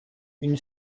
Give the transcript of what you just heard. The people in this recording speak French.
une